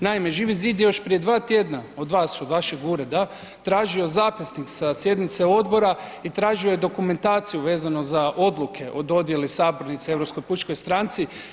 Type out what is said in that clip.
Naime, Živi zid je još prije 2 tjedna od vas, od vašeg Ureda tražio zapisnik sa sjednice odbora i tražio je dokumentaciju vezano za odluke o dodjeli sabornice Europskoj pučkoj stranci.